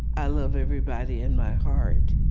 i love everybody in my heart,